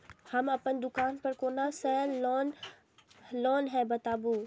हम अपन दुकान पर कोन सा लोन हैं बताबू?